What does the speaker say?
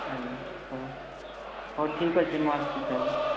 ଆଜ୍ଞା ହଉ ହଉ ଠିକ୍ ଅଛି ମୁଁ ଆସୁଛି ତା'ହେଲେ